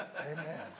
Amen